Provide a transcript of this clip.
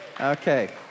Okay